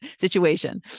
situation